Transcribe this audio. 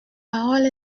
parole